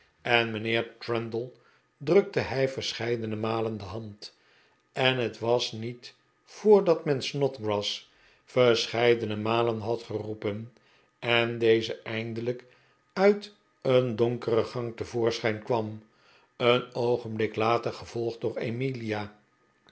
en mijnheer trundle drukte hij verscheidene malen de hand en het was niet voordat men snodgrass verscheidene malen had geroepen en deze eindelijk uit een donkere gang te voorschijn kwam een oogenblik later gevolgd door emilia